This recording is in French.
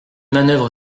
manoeuvre